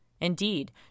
Indeed